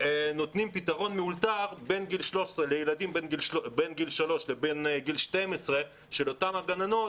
נותנים פתרון מאולתר לילדים בגילאים 3 12 של אותן גננות